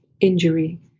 injury